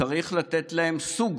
צריך לתת להם סוג